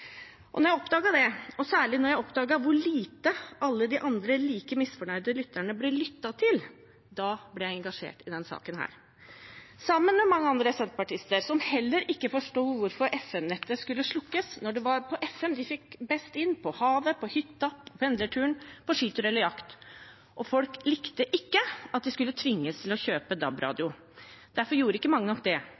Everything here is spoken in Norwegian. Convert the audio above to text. og særlig da jeg oppdaget hvor lite alle de andre – like misfornøyde – lytterne ble lyttet til, ble jeg engasjert i denne saken, sammen med mange andre senterpartister som heller ikke forsto hvorfor FM-nettet skulle slukkes når det var på FM de fikk signalene best inn, enten de var på havet, på hytta, på pendlerturen, på skitur eller på jakt. Folk likte ikke at de skulle tvinges til å kjøpe DAB-radio. Derfor gjorde ikke mange nok det,